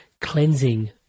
cleansing